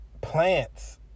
plants